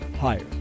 higher